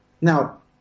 Now